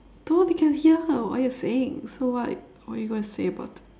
no they can hear what you are saying so what what you gonna say about